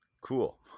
cool